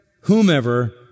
whomever